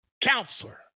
counselor